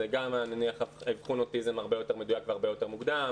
-- אז גם אני מניח שאבחון אוטיזם הרבה יותר מדויק והרבה יותר מוקדם.